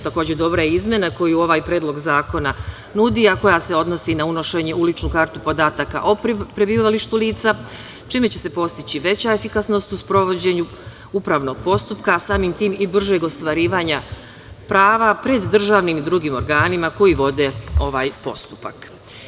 Takođe, dobra izmena koju ovaj predlog zakona nudi, a koja se odnosi na unošenje u ličnu kartu podataka o prebivalištu lica, čime će se postići veća efikasnost u sprovođenju upravnog postupka, a samim tim i bržeg ostvarivanja prava pred državnim i drugim organima koji vode ovaj postupak.